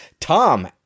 Tom